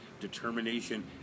determination